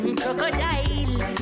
crocodile